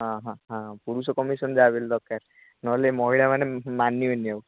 ହଁ ହଁ ହଁ ପୁରୁଷ କମିଶନ୍ ଯାହା ବି ହେଲେ ଦରକାର ନ ହେଲେ ମହିଳାମାନେ ମାନିବେନି ଆଉ